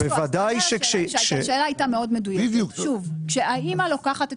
נניח שהאימא לוקחת את